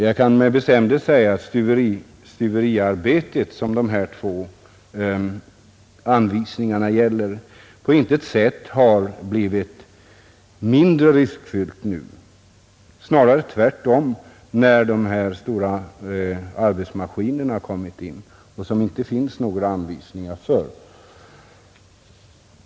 Jag kan med bestämdhet säga att stuveriarbetet, som dessa anvisningar gäller, på intet sätt har blivit mindre riskfullt nu — snarare tvärt om, när de här stora arbetsmaskinerna har kommit till; För dem finns det inte några anvisningar.